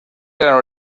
eran